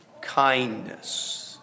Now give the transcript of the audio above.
kindness